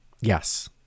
Yes